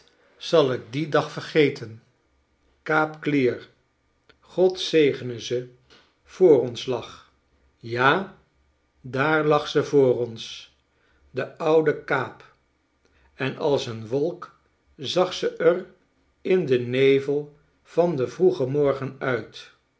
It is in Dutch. zal ik dien dag vergeten kaap clear god zegene ze voor ons lag ja daar lag ze voor ons de oude kaap en als een wolk zag ze r in den nevel van den vroegen morgen uit